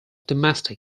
domestic